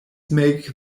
make